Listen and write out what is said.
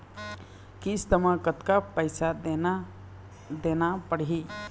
किस्त म कतका पैसा देना देना पड़ही?